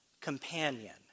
companion